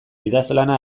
idazlana